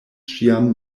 ŝian